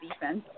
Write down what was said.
defense